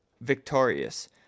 victorious